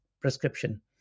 prescription